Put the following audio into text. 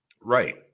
Right